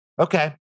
Okay